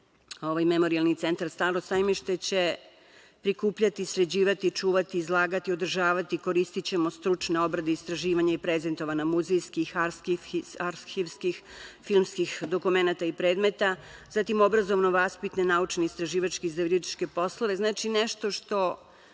Memorijalni centar „Staro Sajmište“, će prikupljati, sređivati, čuvati, izlagati, održavati, koristićemo stručne obrade, istraživanje i prezentovanja muzejskih, arhivskih, filmskih dokumenata i predmeta, zatim obrazovno-vaspitne, naučno-istraživačke poslove. Znači, nešto što